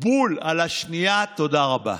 תודה רבה.